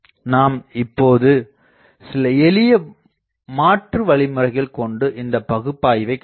நாம் இப்போது சில எளிய மாற்று வழிமுறைகள் கொண்டு இந்தப் பகுப்பாய்வை காணலாம்